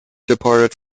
departed